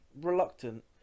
reluctant